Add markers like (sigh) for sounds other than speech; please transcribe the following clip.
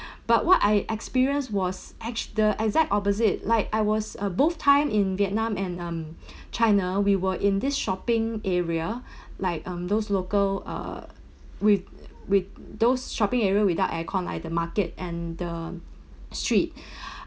(breath) but what I experienced was ex~ the exact opposite like I was uh both time in vietnam and um (breath) china we were in this shopping area (breath) like um those local uh with with those shopping area without air con like the market and the street (breath)